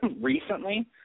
recently